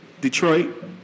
Detroit